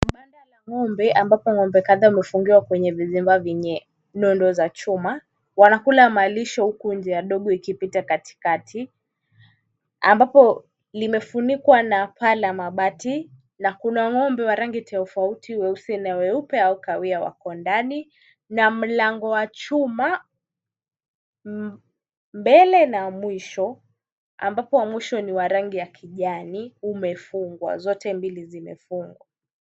Mbala la ng'ombe ambapo ng'ombekanda amefungiwa kwenye vizimba vyenye nyundo za chuma, wanakula maalisho huku nje ya dogo ikipita katikati. Ambapo limefunikwa na paa la mabati, na kuna ng'ombe wa rangi tofauti weusi na weupe au kawaida wa kondani, na mlango wa chuma mbele na mwisho, ambapo wa mwisho ni wa rangi ya kijani, umefungwa. Zote mbili zimefungwa.